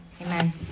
Amen